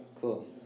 Cool